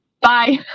Bye